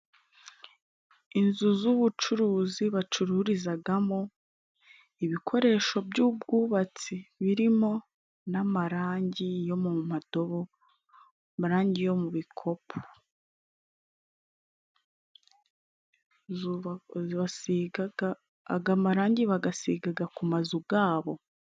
Inzu z'ubucuruzi bacururizagamo ibikoresho by'ubwubatsi birimo n'amarangi yo mu madobo, amarangi yo mu bikopu basigaga aga amarangi bagasigaga ku mazu gabo.